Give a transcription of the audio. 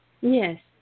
Yes